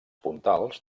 puntals